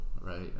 right